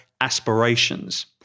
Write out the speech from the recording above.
aspirations